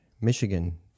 Michigan